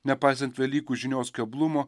nepaisant velykų žinios keblumo